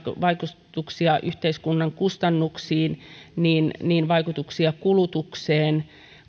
vaikutuksia yhteiskunnan kustannuksiin vaikutuksia kulutukseen